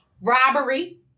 Robbery